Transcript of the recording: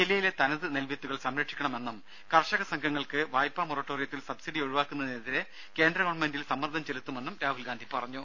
ജില്ലയിലെ തനത് നെൽവിത്തുകൾ സംരക്ഷിക്കപ്പെടണമെന്നും കർഷക സംഘങ്ങൾക്ക് വായ്പ മൊറട്ടോറിയത്തിൽ സബ്സിഡി ഒഴിവാക്കുന്നതിനെതിരെ കേന്ദ്ര ഗവൺമെന്റിൽ സമ്മർദ്ദം ചെലുത്തുമെന്നും രാഹുൽഗാന്ധി പറഞ്ഞു